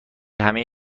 همه